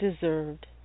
deserved